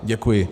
Děkuji.